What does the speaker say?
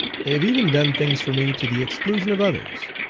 they have even done things for me to the exclusion of others.